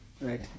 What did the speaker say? Right